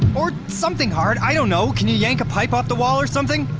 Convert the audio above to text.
or something hard, i don't know, can you yank a pipe off the wall or something?